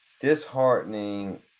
disheartening